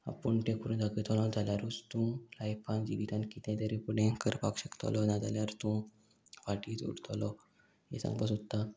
आपूण तें करून दाखयतलो जाल्यारूच तूं लायफान जिवितान कितें तरी फुडे करपाक शकतलो नाजाल्यार तूं फाटीच उरतलो हें सांगपा सोदता